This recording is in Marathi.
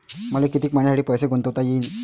मले कितीक मईन्यासाठी पैसे गुंतवता येईन?